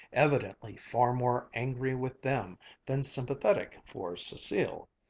evidently far more angry with them than sympathetic for cecile.